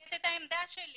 מייצגת את העמדה שלי